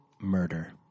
murder